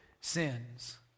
sins